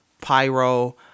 pyro